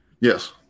Yes